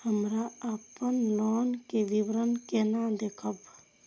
हमरा अपन लोन के विवरण केना देखब?